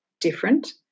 different